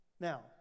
Now